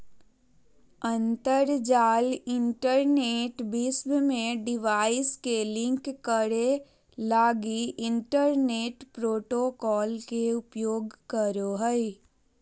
अंतरजाल इंटरनेट विश्व में डिवाइस के लिंक करे लगी इंटरनेट प्रोटोकॉल के उपयोग करो हइ